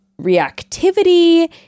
reactivity